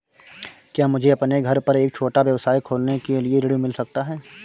क्या मुझे अपने घर पर एक छोटा व्यवसाय खोलने के लिए ऋण मिल सकता है?